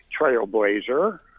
Trailblazer